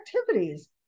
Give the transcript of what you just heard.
activities